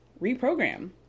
reprogram